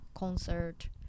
Concert